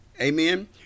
Amen